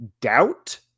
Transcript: doubt